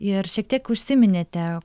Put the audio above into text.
ir šiek tiek užsiminėte